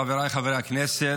חבריי חברי הכנסת,